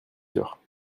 sure